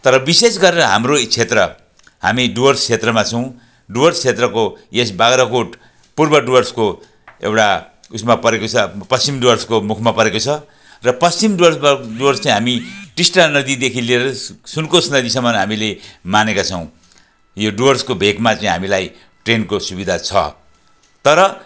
तर विशेष गरेर हाम्रो क्षेत्र हामी डुवर्स क्षेत्रमा छौँ डुवर्स क्षेत्रको यस बाग्राकोट पूर्व डुवर्सको एउटा उयसमा परेको छ पश्चिम डुवर्सको मुखमा परेको छ र पश्चिम डुवर्समा डुवर्स चाहिँ हामी टिस्टा नदीदेखि लिएर सुनकोस नदीसम्म हामीले मानेका छौँ यो डुवर्सको भेकमा चाहिँ हामीलाई ट्रेनको सुविधा छ तर